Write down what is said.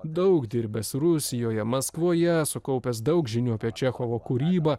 daug dirbęs rusijoje maskvoje sukaupęs daug žinių apie čechovo kūrybą